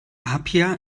apia